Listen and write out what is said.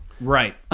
right